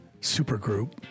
supergroup